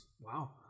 Wow